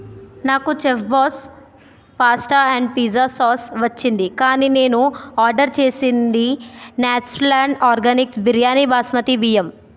నాకు chef boss pasta and pizza sauce వచ్చింది కానీ నేను ఆర్డర్ చేసింది natural and organics biryani basmati బియ్యం